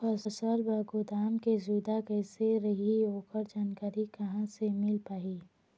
फसल बर गोदाम के सुविधा कैसे रही ओकर जानकारी कहा से मिल पाही?